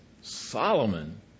Solomon